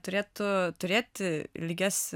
turėtų turėti lygias